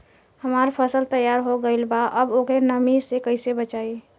हमार फसल तैयार हो गएल बा अब ओके नमी से कइसे बचाई?